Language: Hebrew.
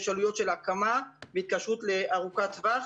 יש עלויות של הקמה והתקשרות ארוכת טווח.